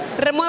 Remueve